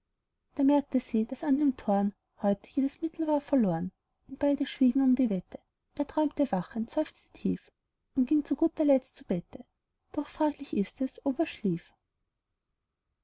da merkte sie daß an dem toren heut jedes mittel war verloren und beide schwiegen um die wette er träumte wachend seufzte tief und ging zu guter letzt zu bette doch fraglich ist es ob er schlief